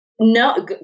No